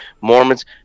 Mormons